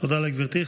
תודה לגברתי.